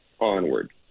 onward